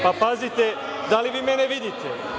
Pazite, da li vi mene vidite?